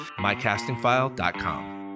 MyCastingFile.com